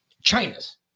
China's